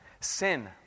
Sin